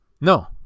No